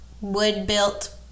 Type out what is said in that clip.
wood-built